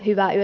kiitoksia